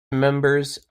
members